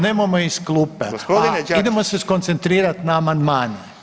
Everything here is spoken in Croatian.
Nemojmo iz klupe, a idemo se skoncentrirat na amandmane.